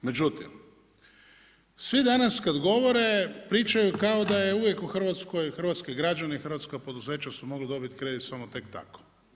Međutim, svi danas kada govore pričaju kao da je uvijek u Hrvatskoj, hrvatske građene, hrvatska poduzeća su mogla dobiti kredit samo tek tako.